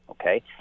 Okay